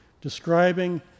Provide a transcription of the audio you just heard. describing